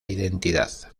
identidad